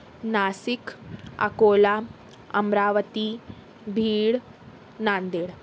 Nashik Akola Amravati Beed Nanded